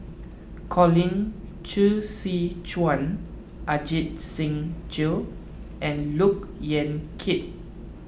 Colin Qi Zhe Quan Ajit Singh Gill and Look Yan Kit